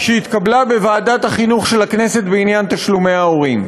שהתקבלה בוועדת החינוך של הכנסת בעניין תשלומי ההורים.